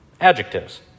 Adjectives